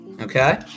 Okay